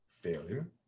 Failure